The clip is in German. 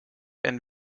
ein